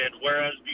whereas